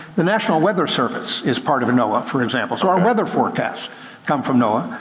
the national weather service is part of noaa, for example. so our weather forecasts come from noaa.